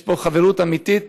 יש פה חברות אמיתית,